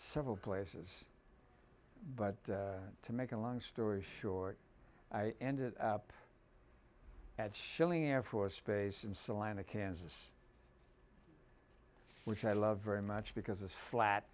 several places but to make a long story short i ended up at shelley air force base in salina kansas which i love very much because it's flat